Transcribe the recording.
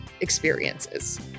experiences